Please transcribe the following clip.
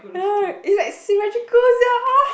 ya is like symmetrical sia